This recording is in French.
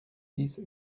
six